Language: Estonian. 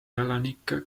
elanike